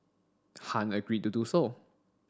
Han agreed to do so